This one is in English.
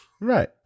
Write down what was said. Right